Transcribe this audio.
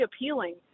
appealing